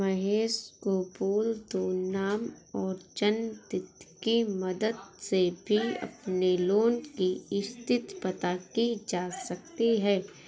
महेश को बोल दो नाम और जन्म तिथि की मदद से भी अपने लोन की स्थति पता की जा सकती है